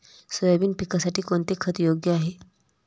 Soybean पिकासाठी कोणते खत योग्य आहे?